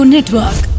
Network